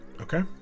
Okay